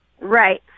Right